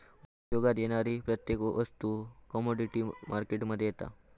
उपयोगात येणारी प्रत्येक वस्तू कमोडीटी मार्केट मध्ये येता